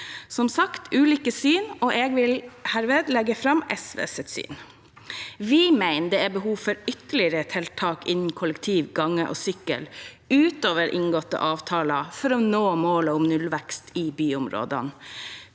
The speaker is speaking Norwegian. som sagt ulike syn, og jeg vil herved legge fram SVs syn. Vi mener det er behov for ytterligere tiltak innen kollektiv, gange og sykkel utover inngåtte avtaler for å nå målet om nullvekst i byområdene.